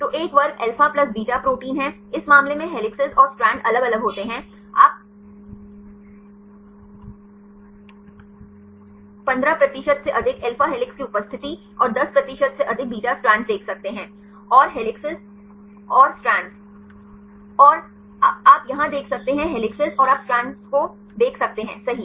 तो एक वर्ग अल्फा प्लस बीटा प्रोटीन है इस मामले में हेलिसेस और स्ट्रैंड अलग अलग होते हैं आप 15 प्रतिशत से अधिक अल्फा हेलिसेस की उपस्थिति और 10 प्रतिशत से अधिक बीटा स्ट्रैड्स देख सकते हैं और हेलिस और स्ट्रैड्स ओह आप यहां देख सकते हैं हेलिसेस और आप स्ट्रैंड को से देख सकते हैं सही